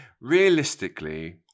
Realistically